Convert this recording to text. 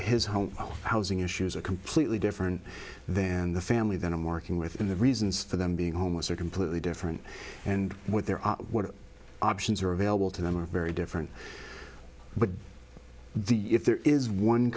his home housing issues are completely different than the family that i'm working with and the reasons for them being homeless are completely different and what their options are available to them are very different but the if there is one